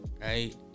right